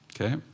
Okay